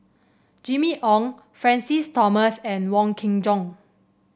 Jimmy Ong Francis Thomas and Wong Kin Jong